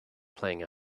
playing